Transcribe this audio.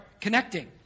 connecting